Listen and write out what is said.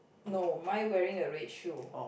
no mine wearing a red shoe